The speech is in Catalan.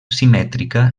simètrica